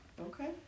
Okay